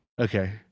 Okay